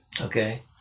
Okay